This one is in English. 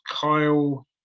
kyle